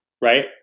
right